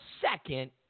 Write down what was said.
second